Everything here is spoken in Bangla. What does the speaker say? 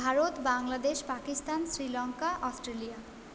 ভারত বাংলাদেশ পাকিস্তান শ্রীলঙ্কা অস্ট্রেলিয়া